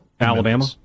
Alabama